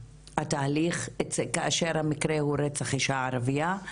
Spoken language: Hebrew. התהליך כאשר המקרה הוא רצח אישה ערביה,